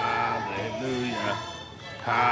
Hallelujah